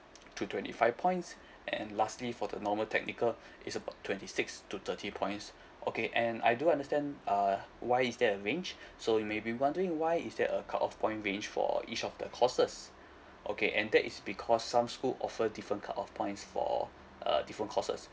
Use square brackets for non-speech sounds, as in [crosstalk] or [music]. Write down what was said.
[noise] to twenty five points [breath] and lastly for the normal technical [breath] it's about twenty six to thirty points [breath] okay and I do understand uh why is there a range [breath] so you maybe wondering why is there a cut off point range for each of the courses [breath] okay and that is because some school offer different cut off points for err different courses